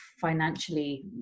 financially